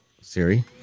Siri